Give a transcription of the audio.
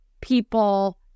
people